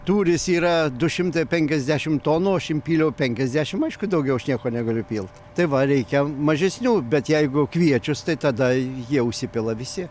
tūris yra du šimtai penkiasdešimt tonų o aš impyliau penkiasdešimt aišku daugiau aš nieko negaliu pilt tai va reikia mažesnių bet jeigu kviečius tai tada jie užsipila visi